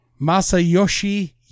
masayoshi